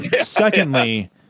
secondly